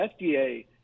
FDA